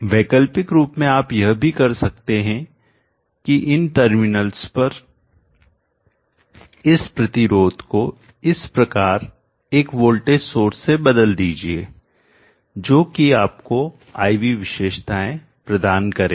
वैकल्पिक रूप में आप यह भी कर सकते हैं की इन टर्मिनल्स पर इस प्रतिरोध को इस प्रकार एक वोल्टेज सोर्स से बदल दीजिए जो कि आपको I V विशेषताएं प्रदान करेगा